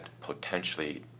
potentially